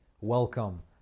welcome